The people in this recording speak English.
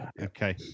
Okay